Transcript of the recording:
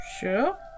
Sure